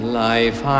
life